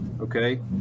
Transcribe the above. okay